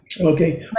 Okay